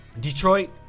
Detroit